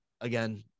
again